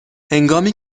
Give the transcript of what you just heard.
هنگامی